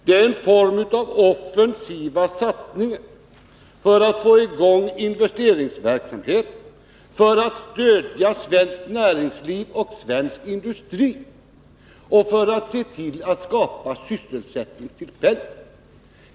Det är en form av offensiva satsningar för att få i gång investeringsverksamheten, för att stödja svenskt näringsliv och svensk industri och för att skapa sysselsättningstillfällen.